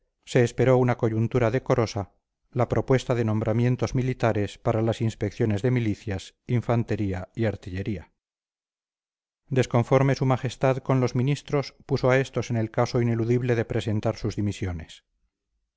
se esperó una coyuntura decorosa la propuesta de nombramientos militares para las inspecciones de milicias infantería y artillería desconforme su majestad con los ministros puso a estos en el caso ineludible de presentar sus dimisiones